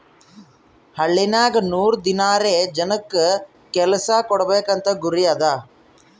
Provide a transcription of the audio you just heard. ಹಳ್ಳಿನಾಗ್ ನೂರ್ ದಿನಾರೆ ಜನಕ್ ಕೆಲ್ಸಾ ಕೊಡ್ಬೇಕ್ ಅಂತ ಗುರಿ ಅದಾ